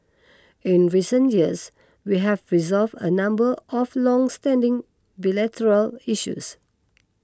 in recent years we have resolved a number of longstanding bilateral issues